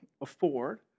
afford